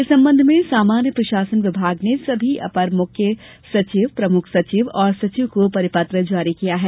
इस संबंध में सामान्य प्रशासन विभाग ने सभी अपर मुख्य सचिव प्रमुख सचिव और सचिव को परिपत्र जारी किया है